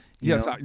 Yes